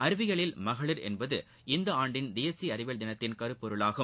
அறிவியலில் மகளிர் இவ்வாண்டின் தேசிய அறிவியல் தினத்தின் கருப்பொருளாகும்